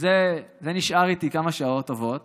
זה נשאר איתי כמה שעות טובות